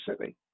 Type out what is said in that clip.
City